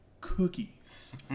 cookies